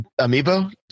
Amiibo